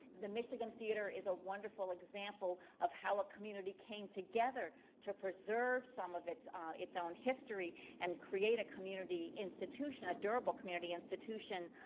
the michigan theater is a wonderful example of how a community came together to preserve some of its um its own history and create a community institution, a durable community institution,